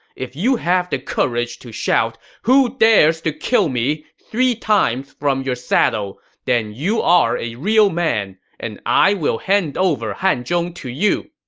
if you have the courage to shout, who dares to kill me three times from your saddle, then you are a real man, and i will hand over hanzhong to you.